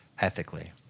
ethically